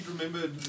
remember